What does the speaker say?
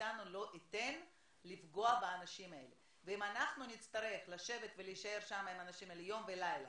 למלון דיפלומט ומדברים עם הקשישים האלה,